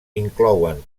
inclouen